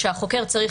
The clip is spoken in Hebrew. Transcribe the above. כשהחוקר צריך